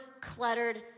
cluttered